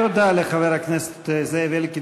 תודה לחבר הכנסת זאב אלקין,